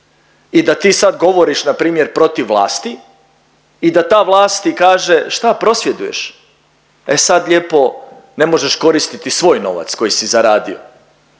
i da ti sad govoriš npr. protiv vlasti i da ta vlast ti kaže, šta prosvjeduješ, e sad lijepo ne možeš koristiti svoj novac koji si zaradio.